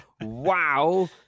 Wow